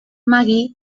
maggie